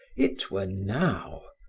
it were now.